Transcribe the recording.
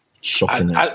Shocking